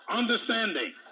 understanding